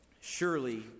Surely